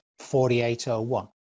4801